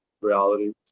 reality